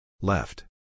Left